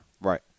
Right